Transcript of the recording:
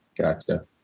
Gotcha